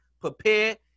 prepare